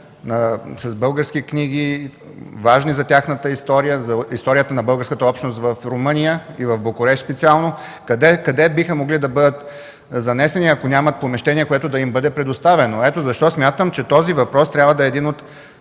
с български книги, важни за тяхната история и за историята на българската общност в Румъния и Букурещ. Къде биха могли да бъдат занесени, ако няма помещение, което да им е предоставено? Ето защо смятам, че този въпрос трябва да бъде един от